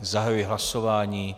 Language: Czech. Zahajuji hlasování.